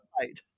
right